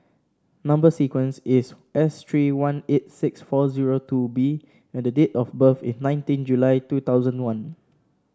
number sequence is S three one eight six four zero two B and the date of birth is nineteen July two thousand one